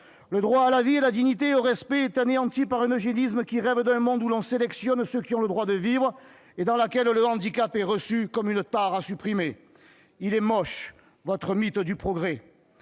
Le droit à la vie, à la dignité et au respect est anéanti par un eugénisme rêvant d'un monde où l'on sélectionne ceux qui ont le droit de vivre et dans lequel le handicap est reçu comme une tare à supprimer. Il est moche, votre mythe du progrès